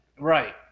Right